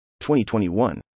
2021